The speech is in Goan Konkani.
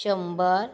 शंबर